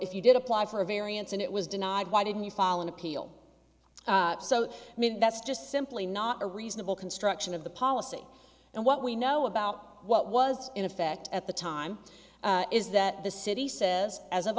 if you did apply for a variance and it was denied why didn't you file an appeal so that's just simply not a reasonable construction of the policy and what we know about what was in effect at the time is that the city says as of